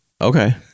Okay